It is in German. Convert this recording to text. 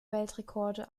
weltrekorde